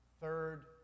third